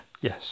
Yes